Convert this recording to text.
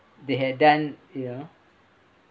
they had done here